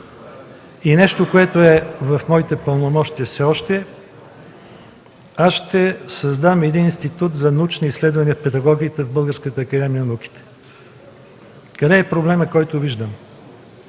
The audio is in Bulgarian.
И нещо, което все още е в моите пълномощия – аз ще създам един Институт за научни изследвания в педагогиката в Българската академия на науките. Къде е проблемът, който виждам?